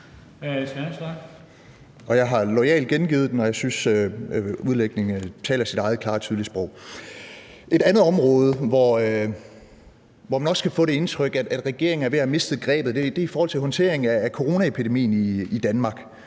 Jeg har loyalt gengivet den, og jeg synes, at udlægningen taler sit eget klare, tydelige sprog. Et andet område, hvor man også kan få det indtryk, at regeringen er ved at miste grebet, er i forhold til håndteringen af coronaepidemien i Danmark.